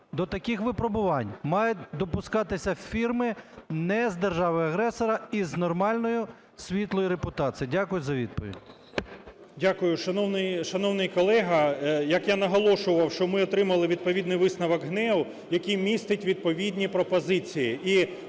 до таких випробувань мають допускатися фірми не з держави-агресора і з нормальною світлою репутацією? Дякую за відповідь. 16:31:33 ГАЛАСЮК В.В. Дякую. Шановний колего, як я наголошував, що ми отримали відповідний висновок ГНЕУ, який містить відповідні пропозиції,